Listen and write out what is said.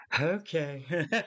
okay